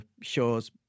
shows